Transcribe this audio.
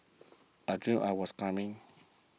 I dreamt I was climbing